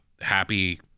happy